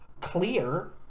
clear